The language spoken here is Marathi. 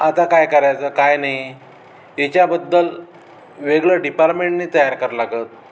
आता काय करायचं काय नाही याच्याबद्दल वेगळं डिपारमेंट नाही तयार करावं लागत